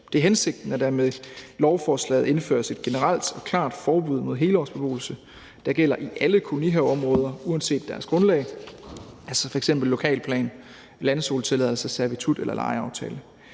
Det er hensigten, at der med lovforslaget indføres et generelt og klart forbud mod helårsbeboelse, der gælder i alle kolonihaveområder uanset deres grundlag, altså f.eks. lokalplan, landzonetilladelse, servitut eller lejeaftale.